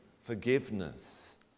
forgiveness